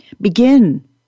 begin